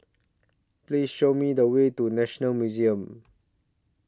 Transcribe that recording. Please Show Me The Way to National Museum